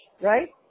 right